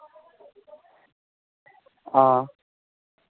हां